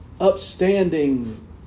upstanding